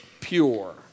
pure